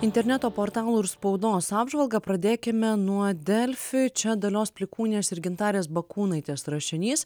interneto portalų ir spaudos apžvalgą pradėkime nuo delfi čia dalios plikūnės ir gintarės bakūnaitės rašinys